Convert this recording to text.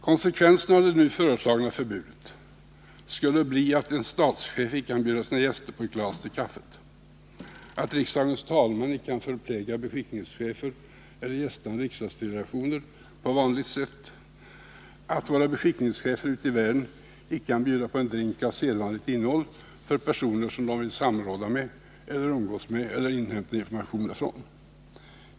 Konsekvensen av det nu föreslagna förbudet skulle bli att en statschef icke kan bjuda sina gäster på ett glas till kaffet, att riksdagens talman icke kan förpläga beskickningscheferna eller gästande riksdagsdelegationer på vanligt sätt, att våra beskickningschefer ute i världen icke kan bjuda på en drink av sedvanligt innehåll för personer som de vill samråda med, umgås med eller inhämta informationer från.